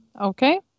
Okay